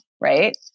right